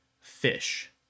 fish